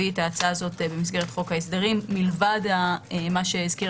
את ההצעה הזאת במסגרת חוק ההסדרים לבד ממה שהזכיר